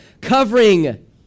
covering